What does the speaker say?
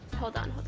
hold on,